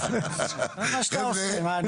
מה שאתה עושה.